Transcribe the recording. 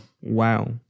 wow